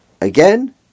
Again